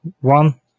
one